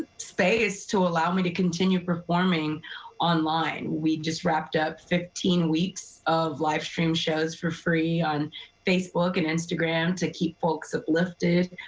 space to allow me to continue performing online. we just wrapped up fifteen weeks of livestream shows for free on facebook and instagram to keep folks uplifted.